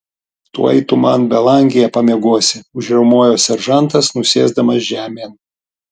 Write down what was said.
tuoj tu man belangėje pamiegosi užriaumojo seržantas nusėsdamas žemėn